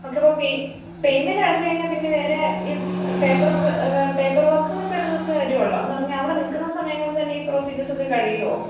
okay അപ്പോൾ payment അടച്ചു കഴിഞ്ഞാൽ പിന്നെ വേറെ ഈ പേപ്പർ പേപ്പർ വർക്കുകളൊക്കെ ഒരു ദിവസത്തെ വരികയുള്ളോ എന്നു പറഞ്ഞാൽ അവിടെ നിൽക്കുന്ന സമയംകൊണ്ട് തന്നെ ഈ പ്രൊസീജിയേഴ്സ് ഒക്കെ കഴിയുമോ